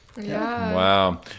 Wow